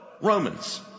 Romans